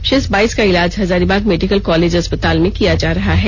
शेष बाईस का इलाज हजारीबाग मेडिकल कॉलेज अस्पताल में किया जा रहा है